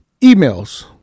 emails